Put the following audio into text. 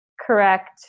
correct